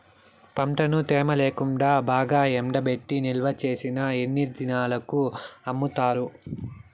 పంటను తేమ లేకుండా బాగా ఎండబెట్టి నిల్వచేసిన ఎన్ని దినాలకు అమ్ముతారు?